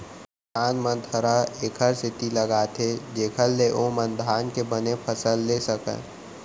किसान मन थरहा एकर सेती लगाथें जेकर ले ओमन धान के बने फसल लेय सकयँ